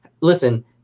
listen